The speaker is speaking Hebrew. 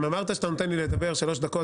אם אמרת שאתה נותן לי לדבר שלוש דקות